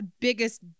Biggest